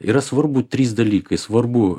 yra svarbūs trys dalykai svarbu